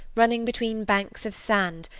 running between banks of sand,